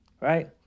right